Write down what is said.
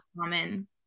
common